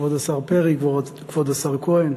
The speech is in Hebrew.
כבוד השר פרי, כבוד השר כהן,